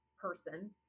person